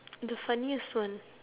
the funniest one